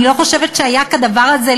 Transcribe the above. אני לא חושבת שהיה כדבר הזה,